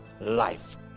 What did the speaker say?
life